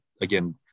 again